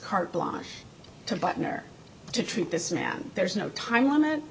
carte blanche to butner to treat this man there's no time limit